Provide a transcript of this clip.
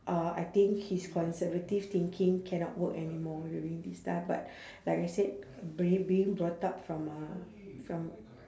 uh I think his conservative thinking cannot work anymore during this time but like I said being being brought up from a from